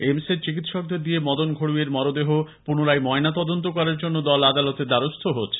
AIIMS এর চিকিৎসকদের দিয়ে মদন ঘোড়ইয়ের মরদেহ পুনরায় ময়নাতদন্ত করানোর জন্য দল আদালতের দ্বারস্থ হচ্ছে